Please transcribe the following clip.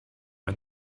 and